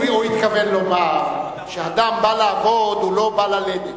הוא התכוון לומר שאדם בא לעבוד, הוא לא בא ללדת.